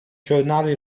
giornale